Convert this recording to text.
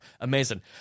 Amazing